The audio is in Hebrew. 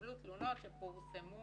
התקבלו תלונות שפורסמו